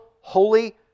holy